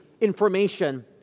information